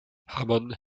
hammond